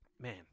Man